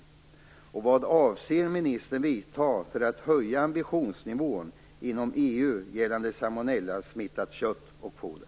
För det andra: Vilka åtgärder avser ministern vidta för att höja ambitionsnivån inom EU gällande salmonellasmittat kött och foder?